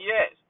Yes